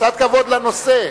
קצת כבוד לנושא.